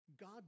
God